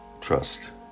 Trust